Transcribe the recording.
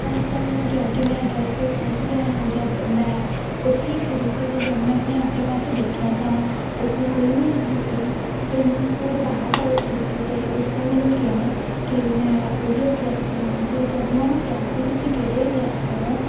ਤਾਂ ਉਸਨੇ ਮੈਨੂੰ ਕਿਹਾ ਕਿ ਮੈਂ ਅਡਰੈਸ 'ਤੇ ਪਹੁੰਚ ਗਿਆ ਹਾਂ ਜਦੋਂ ਮੈਂ ਉੱਥੇ ਖੜ੍ਹੀ ਸੀ ਅਤੇ ਜਦੋਂ ਮੈਂ ਆਪਣੇ ਆਸੇ ਪਾਸੇ ਦੇਖਿਆ ਤਾਂ ਉੱਥੇ ਕੋਈ ਵੀ ਨਹੀਂ ਸੀ ਫਿਰ ਮੈਂ ਉਸਨੂੰ ਦੁਬਾਰਾ ਕਾਲ ਕੀਤੀ ਅਤੇ ਉਸਨੇ ਮੈਨੂੰ ਕਿਹਾ ਕਿ ਮੈਂ ਉਹੀ ਅਡਰੈਸ 'ਤੇ ਹਾਂ ਅਤੇ ਜਦੋਂ ਮੈਂ ਉਹਨੂੰ ਕਿਹਾ ਕਿ ਤੁਸੀਂ ਕਿਹੜੇ ਅਡਰੈਸ 'ਤੇ ਹੋ